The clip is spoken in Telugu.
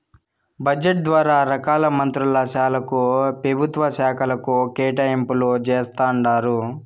బడ్జెట్ ద్వారా రకాల మంత్రుల శాలకు, పెభుత్వ శాకలకు కేటాయింపులు జేస్తండారు